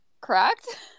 correct